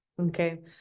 Okay